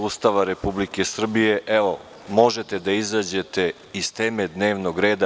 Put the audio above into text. Ustava Republike Srbije, evo, možete da izađete iz teme dnevnog reda.